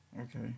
Okay